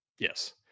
Yes